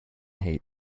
hate